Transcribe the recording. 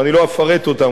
ואני לא אפרט אותם,